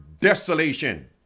desolation